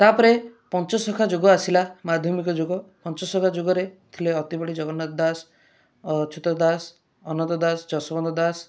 ତା' ପରେ ପଞ୍ଚସଖା ଯୁଗ ଆସିଲା ମାଧ୍ୟମିକ ଯୁଗ ପଞ୍ଚସଖା ଯୁଗରେ ଥିଲେ ଅତିବଡ଼ି ଜଗନ୍ନାଥ ଦାସ ଅଚ୍ୟୁତ ଦାସ ଅନନ୍ତ ଦାସ ଯଶୋବନ୍ତ ଦାସ